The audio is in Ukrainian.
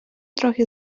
трохи